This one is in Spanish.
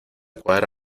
cuadra